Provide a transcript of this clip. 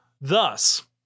thus